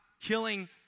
killing